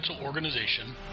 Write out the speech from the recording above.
organization